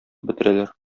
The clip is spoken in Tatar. бетерәләр